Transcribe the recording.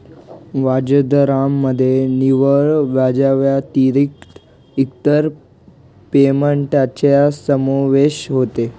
व्याजदरामध्ये निव्वळ व्याजाव्यतिरिक्त इतर पेमेंटचा समावेश होतो